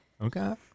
Okay